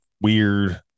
weird